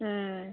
ಹ್ಞೂ